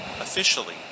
officially